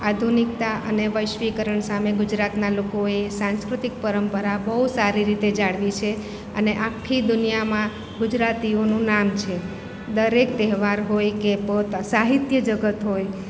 આધુનિકતા અને વૈશ્વિકરણ સામે ગુજરાતના લોકોએ સાંસ્કૃતિક પરંપરા બહુ સારી રીતે જાળવી છે અને આખી દુનિયામાં ગુજરતીઓનું નામ છે દરેક તહેવાર હોય કે કોઈ સાહિત્ય જગત હોય